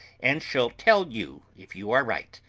and shall tell you if you are right.